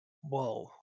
whoa